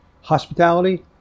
Hospitality